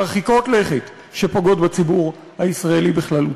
מרחיקות לכת, שפוגעות בציבור הישראלי בכללותו.